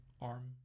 arm